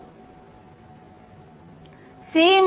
மாணவர் k r கழித்தல் jk i க்கு சமமாக c ஆல் ஒமேகா முடியும்